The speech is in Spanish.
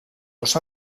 los